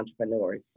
entrepreneurs